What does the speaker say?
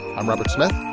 i'm robert smith.